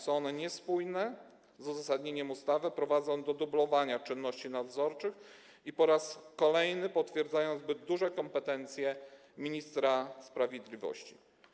Są one niespójne z uzasadnieniem ustawy, prowadzą do dublowania czynności nadzorczych i po raz kolejny potwierdzają zbyt duże kompetencje ministra sprawiedliwości.